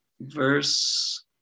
verse